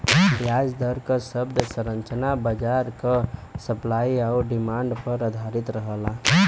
ब्याज दर क शब्द संरचना बाजार क सप्लाई आउर डिमांड पर आधारित रहला